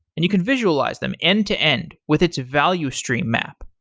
and you can visualize them end to end with its value stream map.